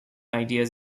ideas